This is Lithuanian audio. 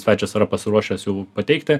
svečias yra pasiruošęs jau pateikti